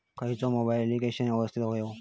खयचा mobile application यवस्तित होया?